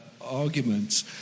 arguments